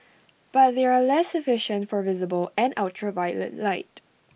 but they are less efficient for visible and ultraviolet light